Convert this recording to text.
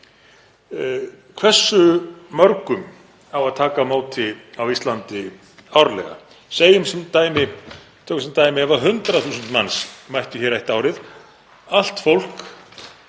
Hversu mörgum á að taka á móti á Íslandi árlega? Tökum sem dæmi ef 100.000 manns mættu hér eitt árið, allt fólk